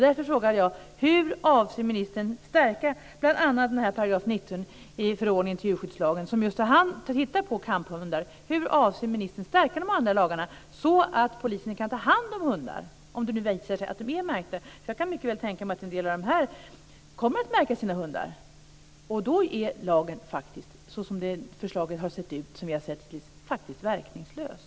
Därför frågar jag: Hur avser ministern att stärka bl.a. 19 § i förordningen till djurskyddslagen som just gäller kamphundar? Hur avser ministern att stärka de andra lagarna så att polisen kan ta hand om hundar om det visar sig att de är märkta? Jag kan mycket väl tänka mig att en del kommer att märka sina hundar, och då är lagen verkningslös såsom förslaget hittills har sett ut.